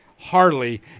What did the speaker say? Harley